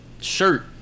shirt